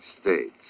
States